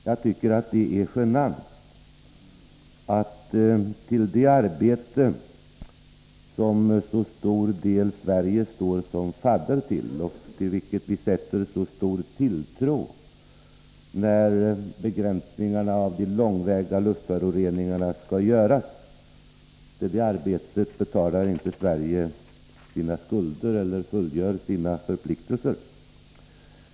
Jag tycker att det är genant att till det arbete som till så stor del Sverige står som fadder till, och till vilket vi hyser så stor tilltro när de långväga luftföroreningarna skall begränsas, betalar inte Sverige sina skulder eller fullgör sina förpliktelser.